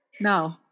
No